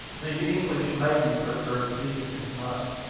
the english maiden preferred beef and mutton.